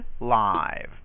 live